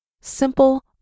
simple